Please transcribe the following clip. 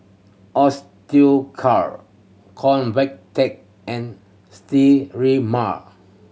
Osteocare Convatec and Sterimar